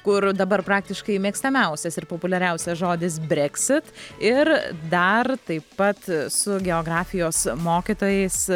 kur dabar praktiškai mėgstamiausias ir populiariausias žodis breksit ir dar taip pat su geografijos mokytojais